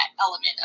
element